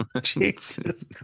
Jesus